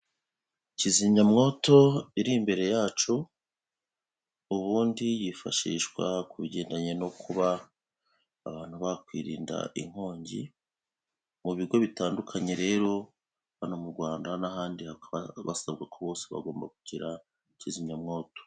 Kizimya mwoto iri imbere yacu, ubundi yifashishwa ku bigendanye no kuba abantu bakwirinda inkongi mu bigo bitandukanye rero, hano mu rwanda n'ahandi basabwa bose bagomba kugira kizimyamwoto.